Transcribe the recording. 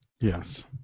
Yes